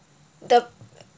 the